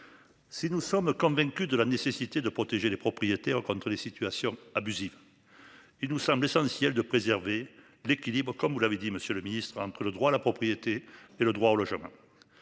Si nous sommes convaincus de la nécessité de protéger les propriétaires contre des situations abusives. Il nous semble essentiel de préserver l'équilibre comme vous l'avez dit, monsieur le ministre, entre le droit à la propriété et le droit au logement.